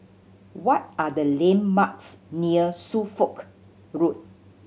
what are the landmarks near Suffolk Road